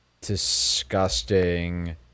disgusting